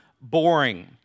boring